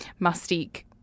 mustique